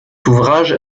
ouvrage